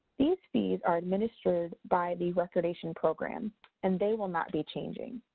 these fees are administered by the recordation program and they will not be changing.